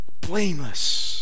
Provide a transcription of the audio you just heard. blameless